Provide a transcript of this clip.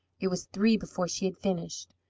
it was three before she had finished.